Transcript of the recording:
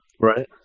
right